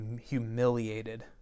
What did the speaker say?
humiliated